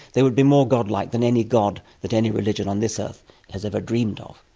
they would be more god-like than any god that any religion on this earth has ever dreamed of.